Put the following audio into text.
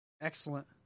Excellent